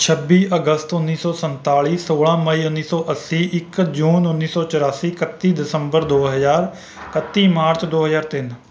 ਛੱਬੀ ਅਗਸਤ ਉੱਨੀ ਸੌ ਸੰਤਾਲੀ ਸੋਲਾਂ ਮਈ ਉੱਨੀ ਸੌ ਅੱਸੀ ਇੱਕ ਜੂਨ ਉੱਨੀ ਸੌ ਚੁਰਾਸੀ ਇਕੱਤੀ ਦਸੰਬਰ ਦੋ ਹਜ਼ਾਰ ਇਕੱਤੀ ਮਾਰਚ ਦੋ ਹਜ਼ਾਰ ਤਿੰਨ